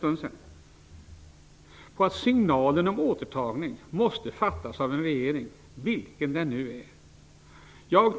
Sture Ericson tog på ett framsynt sätt upp just denna fråga i en replik för en stund sedan.